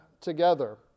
together